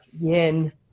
yin